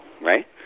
Right